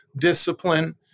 discipline